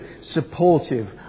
supportive